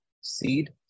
SEED